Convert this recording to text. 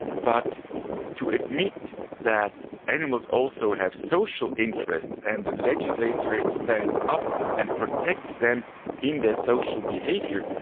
but to admit that animals also have social interests and the legislator stands up and protects them in their social behaviour,